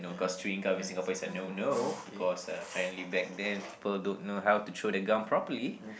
know cause chewing gum in Singapore is a no no because uh apparently back then people don't know how to throw the gum properly